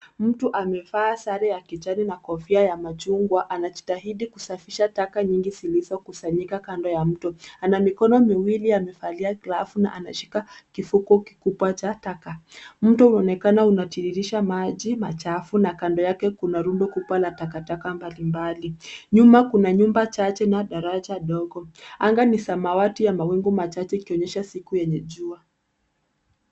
Mtu amevaa sare ya kijani na kofia ya machungwa anajitahidi kusafisha taka nyingi zilizokusanyika kando ya mto. Ana mikono miwili, amevalia glavu na anashika kifuko kikubwa cha taka. Mto unaonekana unatiririsha maji machafu na kando yake kuna rundo kubwa la takataka mbalimbali. Nyuma kuna nyumba chache na daraja dogo. Anga ni samawati ya mawingu machache ikionyesha siku yenye jua.